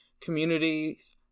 communities